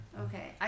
Okay